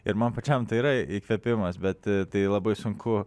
ir man pačiam tai yra įkvėpimas bet tai labai sunku